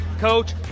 Coach